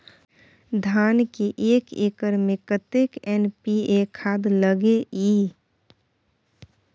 धान के एक एकर में कतेक एन.पी.ए खाद लगे इ?